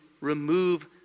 remove